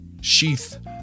sheath